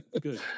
Good